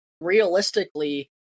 realistically